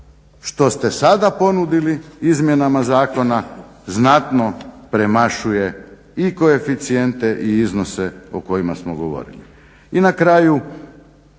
što ste sada ponudili izmjenama zakona znatno premašuje i koeficijente i iznose o kojima smo govorili. I na kraju